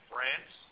France